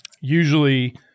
usually